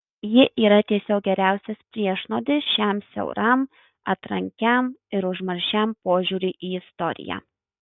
ji yra tiesiog geriausias priešnuodis šiam siauram atrankiam ir užmaršiam požiūriui į istoriją